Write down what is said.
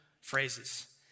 phrases